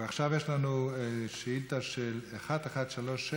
עכשיו יש לנו שאילתה מס' 1136,